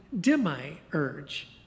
demi-urge